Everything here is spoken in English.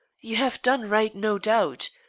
you have done right, no doubt.